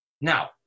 Now